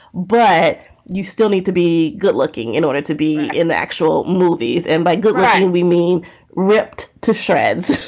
but you still need to be good looking in order to be in the actual movie. and by good, ah and we mean ripped to shreds